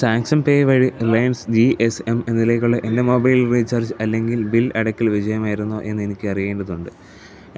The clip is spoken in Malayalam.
സാംസങ് പേ വഴി റിലയൻസ് ജി എസ് എം എന്നതിലേക്കുള്ള എൻ്റെ മൊബൈൽ റീചാർജ് അല്ലെങ്കിൽ ബിൽ അടയ്ക്കൽ വിജയമായിരുന്നോ എന്നെനിക്ക് അറിയേണ്ടതുണ്ട്